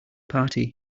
party